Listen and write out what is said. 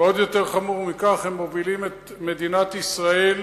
ועוד יותר חמור מכך, הם מובילים את מדינת ישראל